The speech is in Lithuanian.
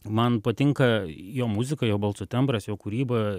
man patinka jo muzika jo balso tembras jo kūryba